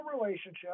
relationship